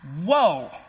Whoa